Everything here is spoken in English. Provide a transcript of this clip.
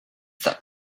that